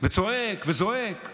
וצועק וזועק.